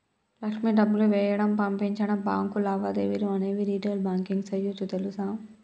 లక్ష్మి డబ్బులు వేయడం, పంపించడం, బాంకు లావాదేవీలు అనేవి రిటైల్ బాంకింగ్ సేయోచ్చు తెలుసా